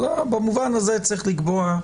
אבל במובן הזה צריך לקבוע.